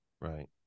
right